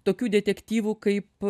tokių detektyvų kaip